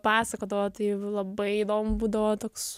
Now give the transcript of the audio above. pasakodavo tai labai įdomu būdavo toks